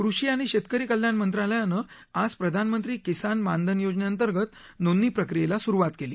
कृषी आणि शेतकरी कल्याण मंत्रालयानं आज प्रधानमंत्री किसान मान धन योजनेअंतर्गत नोंदणी प्रक्रियेला आज सुरुवात केली